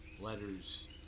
letters